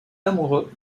amoureux